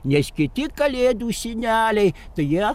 nes kiti kalėdų seneliai tai jie